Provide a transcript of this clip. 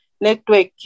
Network